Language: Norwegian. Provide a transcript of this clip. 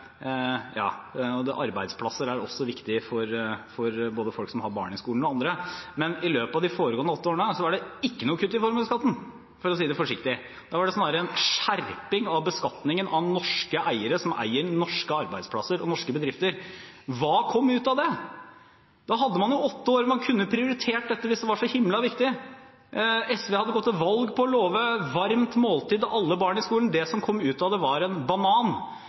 ikke noe kutt i formuesskatten, for å si det forsiktig. Da var det snarere en skjerping av beskatningen av norske eiere som eier norske arbeidsplasser og norske bedrifter. Hva kom ut av det? Da hadde man jo åtte år hvor man kunne prioritert dette, hvis det var så himla viktig. SV hadde gått til valg på å love et varmt måltid til alle barn i skolen. Det som kom ut av det, var en banan.